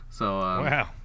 Wow